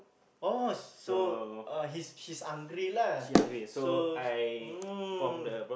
oh so uh he's he's hungry lah so mm